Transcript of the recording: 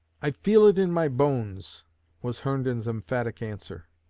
i feel it in my bones was herndon's emphatic answer.